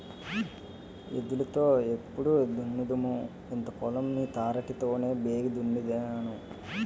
ఎద్దులు తో నెప్పుడు దున్నుదుము ఇంత పొలం ని తాటరి తోనే బేగి దున్నేన్నాము